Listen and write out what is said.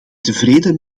tevreden